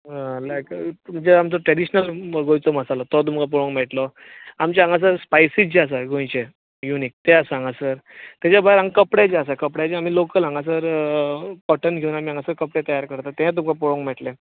आमचो ट्रेडिशनल गोंयचो मसालो तो तुमकां पळोवंक मेळटलो आमचे हांगासर स्पायसीस जे आसा गोंयचे यूनीक ते आसा हांगासर ताज्या भायर कपडे जे आसा कपड्यांचे आमी लोकल हांगासर कोटन हांगासर कपडे तयार करतात ते तुमकां पळोवंक मेळटले